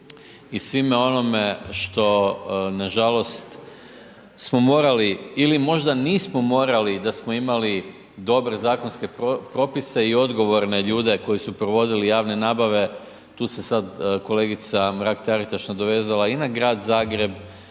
i svime onime što nažalost smo morali ili možda nismo morali da smo imali dobre zakonske propise i odgovorne ljude koji su provodili javne nabave. Tu se sada kolegica Mrak Taritaš nadovezala i na grad Zagreb